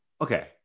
Okay